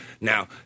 Now